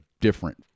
different